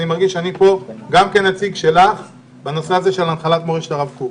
אני מרגיש שאני פה גם כנציג שלך בנושא הנחלת מורשת הרב קוק.